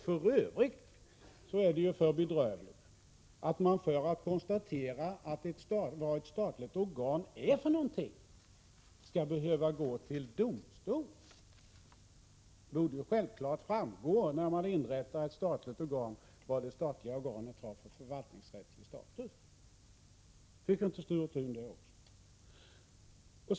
För övrigt är det för bedrövligt att man för att konstatera vad ett statligt organ är för någonting skall behöva gå till domstol! Det borde självfallet framgå när man inrättar ett statligt organ vilken förvaltningsrättslig status det har. Tycker inte Sture Thun också det?